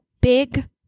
Big